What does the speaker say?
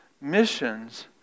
missions